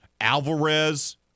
Alvarez